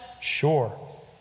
Sure